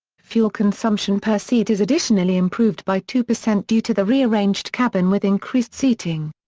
fuel consumption per seat is additionally improved by two percent due to the rearranged cabin with increased seating.